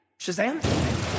Shazam